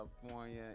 California